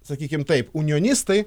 sakykim taip unionistai